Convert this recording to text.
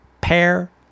pair